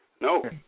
No